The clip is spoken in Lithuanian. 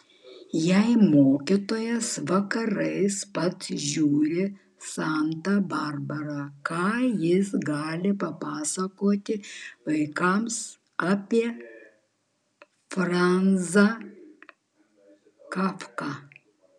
jei mokytojas vakarais pats žiūri santą barbarą ką jis gali papasakoti vaikams apie franzą kafką